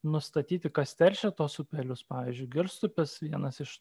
nustatyti kas teršia tuos upelius pavyzdžiui girstupis vienas iš